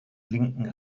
linken